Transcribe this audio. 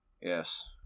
Yes